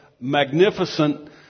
magnificent